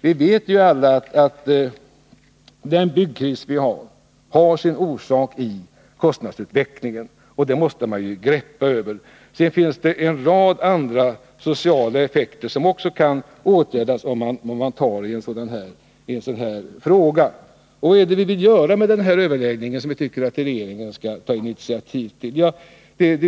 Vi vet alla att byggkrisen har sin orsak i kostnadsutvecklingen, och det är alltså den man måste greppa. Sedan finns det en rad andra sociala effekter som kan åtgärdas, om man tar tag i frågan. Vad är det då vi vill göra vid de här överläggningarna, som vi önskar att regeringen skall ta initiativ till? Jo,